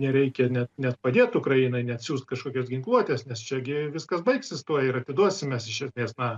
nereikia net net padėt ukrainai net siųst kažkokios ginkluotės nes čia gi viskas baigsis tuoj ir atiduosim mes iš esmės na